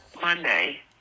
Monday